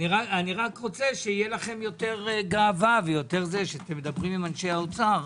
אני רוצה שתהיה לכם יותר גאווה כשאתם מדברים עם אנשי האוצר,